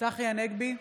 צחי הנגבי,